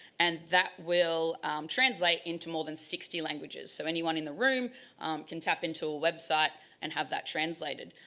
and that will translate into more than sixty languages. so anyone in the room can tap into a website and have that translated.